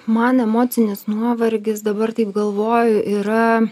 man emocinis nuovargis dabar taip galvoju yra